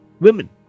women